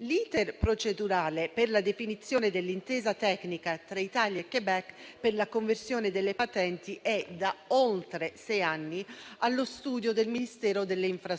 L'*iter* procedurale per la definizione dell'intesa tecnica tra Italia e Québec per la conversione delle patenti è da oltre sei anni allo studio del Ministero delle infrastrutture